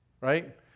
Right